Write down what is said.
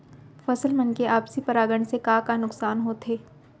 फसल मन के आपसी परागण से का का नुकसान होथे?